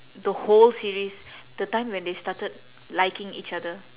the whole series the time when they started liking each other